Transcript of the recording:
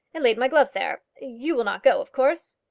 and laid my gloves there. you will not go, of course?